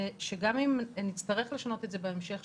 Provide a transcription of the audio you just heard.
שגם אם נצטרך לשנות את זה בהמשך,